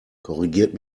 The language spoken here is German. korrigiert